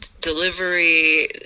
delivery